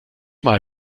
mal